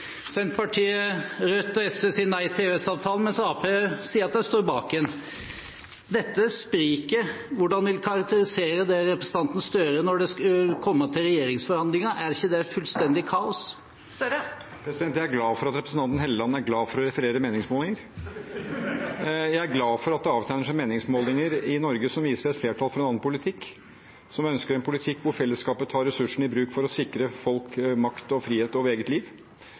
Senterpartiet, Rødt og SV sier nei til EØS-avtalen, mens Arbeiderpartiet sier at de står bak den. Dette spriket – hvordan vil representanten Støre karakterisere det når det skulle komme til regjeringsforhandlinger? Er ikke det et fullstendig kaos? Jeg er glad for at representanten Helleland er glad for å referere meningsmålinger . Jeg er glad for at det avtegner seg meningsmålinger i Norge som viser et flertall for en annen politikk, et flertall som ønsker en politikk hvor fellesskapet tar ressursene i bruk for å sikre folk makt og frihet over eget liv.